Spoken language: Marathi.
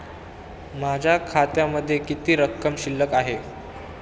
माझ्या खात्यामध्ये किती रक्कम शिल्लक आहे?